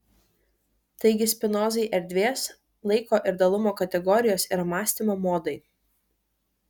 taigi spinozai erdvės laiko ir dalumo kategorijos yra mąstymo modai